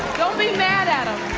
don't be mad at em,